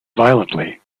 violently